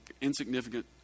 insignificant